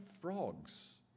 frogs